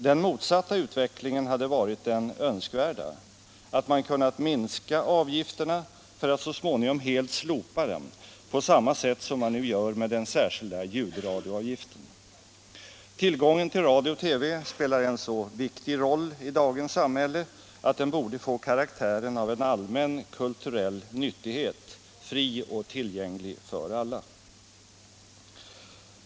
Den motsatta utvecklingen hade varit den önskvärda: att man kunnat minska avgifterna för att så småningom helt slopa dem, på samma sätt som man nu gör med den särskilda ljudradioavgiften. Tillgången till radio och TV spelar en så viktig roll i dagens samhälle att den borde få karaktären av en allmän kulturell nyttighet, fri och tillgänglig för alla.